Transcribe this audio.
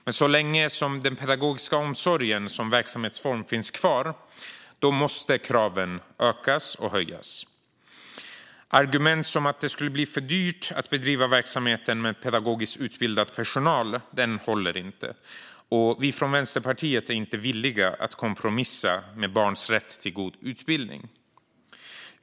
Men så länge den pedagogiska omsorgen finns kvar som verksamhetsform måste kraven utökas och höjas. Argument som att det skulle bli för dyrt att bedriva verksamheten med pedagogiskt utbildad personal håller inte. Vi i Vänsterpartiet är inte villiga att kompromissa med barns rätt till god utbildning.